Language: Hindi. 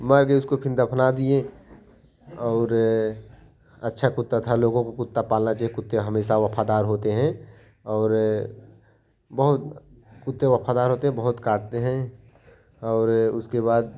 मर गई इसको फ़िर दफना दिए और अच्छा कुत्ता था लोगों को कुत्ता पालना चाहिए कुत्ते हमेशा वफादार होते हैं और बहुत कुत्ते वफादार होते हैं बहुत काटते हैं और उसके बाद